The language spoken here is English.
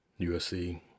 USC